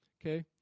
okay